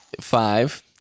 five